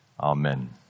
Amen